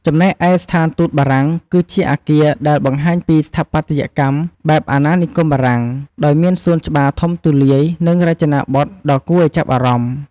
ចំណែកឯស្ថានទូតបារាំង គឺជាអគារដែលបង្ហាញពីស្ថាបត្យកម្មបែបអាណានិគមបារាំង ដោយមានសួនច្បារធំទូលាយ និងរចនាបថដ៏គួរឱ្យចាប់អារម្មណ៍។